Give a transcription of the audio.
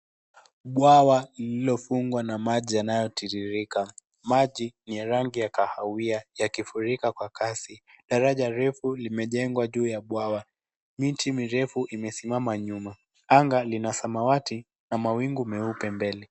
Bwawa lililo fungwa na maji yanayotiririka. Maji niya rangi ya kahawia yakifurika kwa kasi daraja refu limejengwa juu ya bwawa. Miti mirefu imesimama nyuma. Anga lina samawati na mawingu meupe mbele.